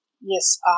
yes